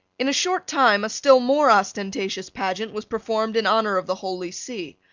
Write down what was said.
in a short time a still more ostentatious pageant was performed in honour of the holy see.